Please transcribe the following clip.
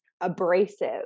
abrasive